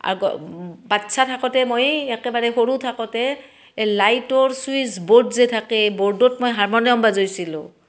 আগত বাচ্ছা থাকোতে মই একেবাৰে সৰু থাকোতে এই লাইটৰ চুইটছ ব'ৰ্ড যে থাকে বৰ্ডত মই হাৰমনিয়াম বাজোইছিলো